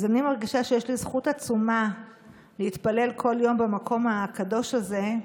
אז אני מרגישה שיש לי זכות עצומה להתפלל כל יום במקום הקדוש הזה.